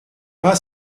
pas